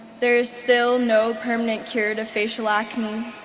there is still no permanent cure to facial acne.